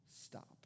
Stop